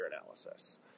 analysis